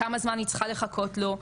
כמה זמן היא צריכה לחכות לו,